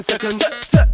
Seconds